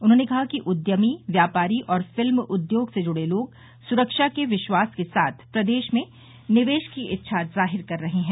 उन्होंने कहा कि उद्यमी व्यापारी और फिल्म उद्योग से जुड़े लोग सुरक्षा के विश्वास के साथ प्रदेश में निवेश की इच्छा ज़ाहिर कर रहे हैं